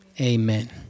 Amen